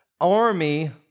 army